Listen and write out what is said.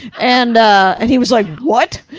and ah, and he was like, what?